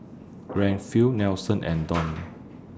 Rayfield Nelson and Donn